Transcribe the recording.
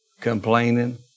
Complaining